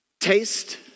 Taste